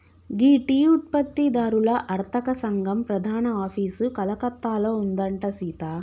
గీ tea ఉత్పత్తి దారుల అర్తక సంగం ప్రధాన ఆఫీసు కలకత్తాలో ఉందంట సీత